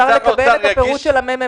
האם אפשר לקבל את הפירוט של מרכז המחקר